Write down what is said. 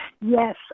yes